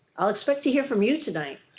i'll expect to hear from you tonight.